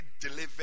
delivered